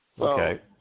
Okay